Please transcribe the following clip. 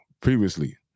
previously